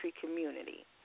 community